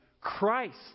Christ